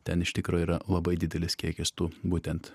ten iš tikro yra labai didelis kiekis tų būtent